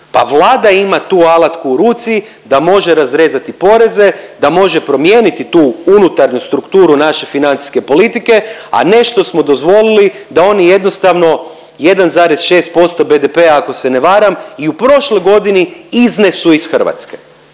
Pa Vlada ima tu alatku u ruci da može razrezati poreze, da može promijeniti tu unutarnju strukturu naše financijske politike, a ne što smo dozvolili da oni jednostavno 1,6% BDP-a, ako se ne varam i u prošloj godini iznesu iz Hrvatske.